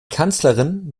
kanzlerin